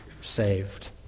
saved